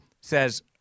says